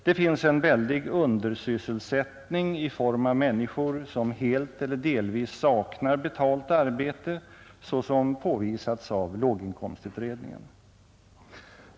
Det finns en väldig undersysselsättning i form av människor som helt eller delvis saknar betalt arbete, såsom påvisats av låginkomstutredningen.